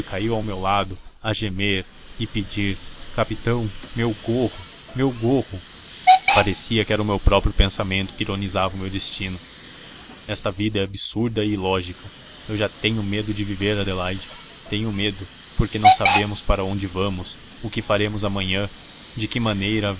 caiu ao meu lado a gemer e pedir capitão meu gorro meu gorro parecia que era o meu próprio pensamento que ironizava o meu destino esta vida é absurda e ilógica eu já tenho medo de viver adelaide tenho medo porque não sabemos para onde vamos o que faremos amanhã de que maneira